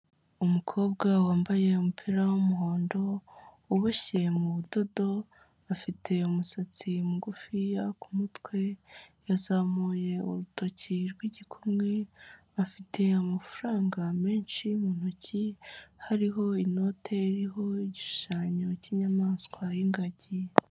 Umukobwa wambaye umupira w'umuhondo uboshye mu budodo afite umusatsi mugufi kumutwe yazamuye urutoki rw'igikumwe afite amafaranga menshi mu ntoki hariho inote iriho igishushanyo cy'inyamaswa y'ingagi.